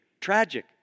Tragic